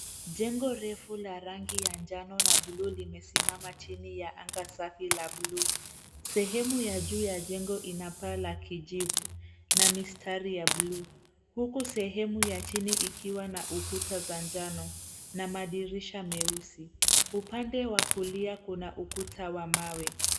Jengo refu la rangi ya njano na bluu limesimama chini ya anga safi la bluu. Sehemu ya juu ya jengo inapaa la kijivu, na mistari ya bluu. Huku sehemu ya chini ikiwa na ukuta za njano, na madirisha meusi. Upande wa kulia kuna ukuta wa mawe.